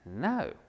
No